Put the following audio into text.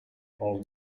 paul